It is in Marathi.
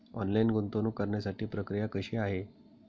ऑनलाईन गुंतवणूक करण्यासाठी प्रक्रिया कशी आहे?